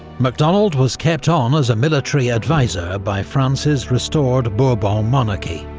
macdonald was kept on as a military advisor by france's restored bourbon monarchy.